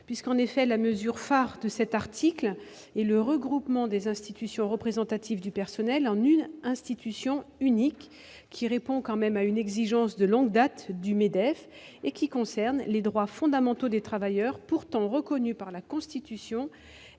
2. En effet, la mesure phare de cet article est le regroupement des institutions représentatives du personnel en une institution unique, exigence de longue date du MEDEF, qui concerne les droits fondamentaux des travailleurs pourtant reconnus par la Constitution